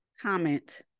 comment